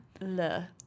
Le